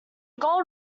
gold